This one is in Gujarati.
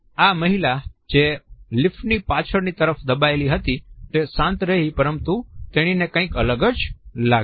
અને આ મહિલા જે લિફ્ટની પાછળની તરફ દબાયેલી હતી તે શાંત રહી પરંતુ તેણીને કંઈક અલગ જ લાગ્યું